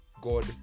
god